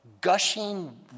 Gushing